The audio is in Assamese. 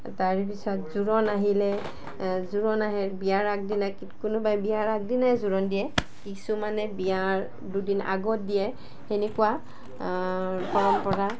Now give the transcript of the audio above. তাৰপিছত জোৰোন আহিলে জোৰোন আহে বিয়াৰ আগদিনা কোনোবাই বিয়াৰ আগদিনাই জোৰোন দিয়ে কিছুমানে বিয়াৰ দুদিন আগত দিয়ে তেনেকুৱা পৰম্পৰা